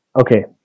okay